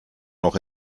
noch